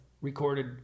recorded